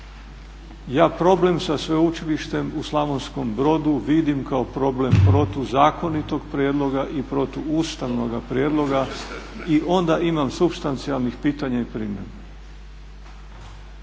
Ja problem sa sveučilištem u Slavonskom Brodu vidim kao problem protuzakonitog prijedloga i protuustavnoga prijedloga i onda imam supstancijalnih pitanja i primjedbi.